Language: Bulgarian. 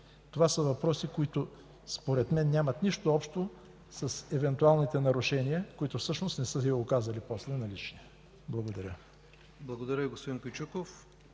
Това са въпроси, които според мен нямат нищо общо с евентуалните нарушения, които всъщност не са се оказали после налични. Благодаря. ПРЕДСЕДАТЕЛ ИВАН К.